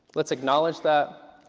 let's acknowledge that,